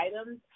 items